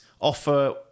offer